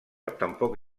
tampoc